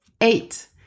Eight